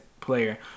player